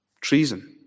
Treason